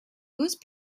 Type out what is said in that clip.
whose